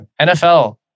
NFL